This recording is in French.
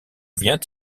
vient